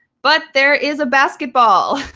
but there is a basketball,